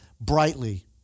brightly